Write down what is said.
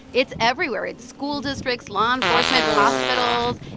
it's everywhere. it's school districts, law enforcement. hospitals.